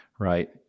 Right